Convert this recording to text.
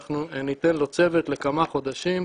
אנחנו ניתן לו צוות לכמה חודשים.